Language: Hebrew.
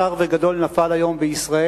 שר וגדול נפל היום בישראל.